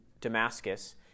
Damascus